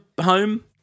home